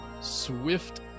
swift